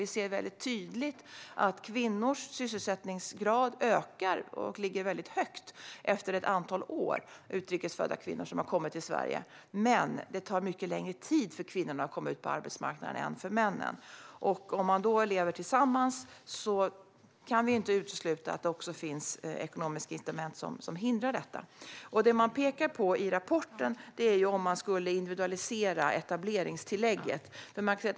Vi ser tydligt att sysselsättningsgraden ökar och ligger högt efter ett antal år bland utrikes födda kvinnor som har kommit till Sverige. Men det tar mycket längre tid för kvinnorna att komma ut på arbetsmarknaden än för männen. Om man då lever tillsammans kan vi inte utesluta att det finns ekonomiska incitament som bidrar till detta. Det rapporten pekar på är en individualisering av etableringstillägget.